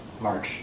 March